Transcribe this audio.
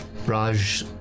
Raj